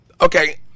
okay